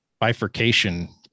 bifurcation